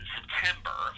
September